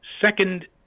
second